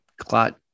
clot